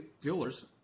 dealers